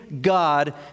God